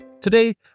Today